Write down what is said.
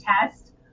test